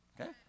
Okay